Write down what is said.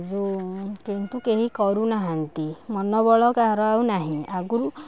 ଯେଉଁ କିନ୍ତୁ କେହି କରୁନାହାଁନ୍ତି ମନବଳ କାହାର ଆଉ ନାହିଁ ଆଗୁରୁ